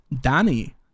Danny